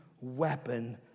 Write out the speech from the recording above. weapon